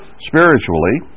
spiritually